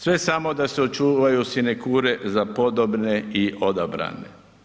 Sve samo da se očuvaju sinekure za podobne i odabrane.